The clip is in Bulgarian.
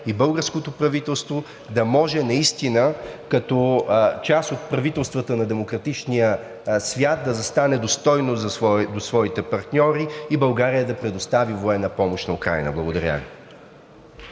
и българското правителство да може като част от правителствата на демократичния свят да застане достойно до своите партньори, и България да предостави военна помощ на Украйна. Благодаря Ви.